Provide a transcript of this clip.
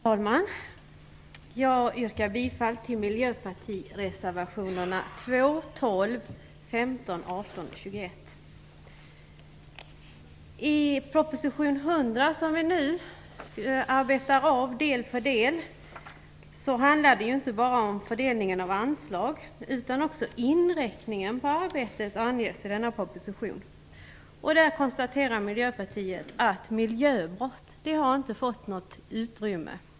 Fru talman! Jag yrkar bifall till Miljöpartireservationerna 2, 12, 15, 18 och 21. I proposition 100, som vi nu arbetar av del för del, handlar det inte bara om fördelningen av anslag, utan i denna proposition anges också inriktningen på arbetet. Miljöpartiet konstaterar då att miljöbrotten inte har fått något utrymme.